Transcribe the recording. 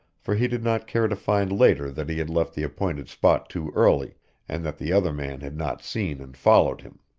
for he did not care to find later that he had left the appointed spot too early and that the other man had not seen and followed him.